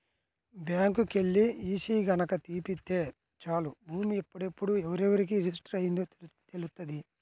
బ్యాంకుకెల్లి ఈసీ గనక తీపిత్తే చాలు భూమి ఎప్పుడెప్పుడు ఎవరెవరికి రిజిస్టర్ అయ్యిందో తెలుత్తది